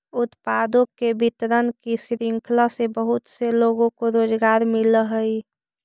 उत्पादों के वितरण की श्रृंखला से बहुत से लोगों को रोजगार मिलअ हई